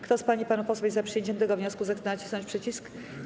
Kto z pań i panów posłów jest za przyjęciem tego wniosku, zechce nacisnąć przycisk.